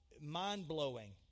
mind-blowing